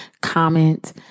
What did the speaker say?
comment